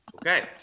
Okay